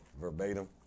verbatim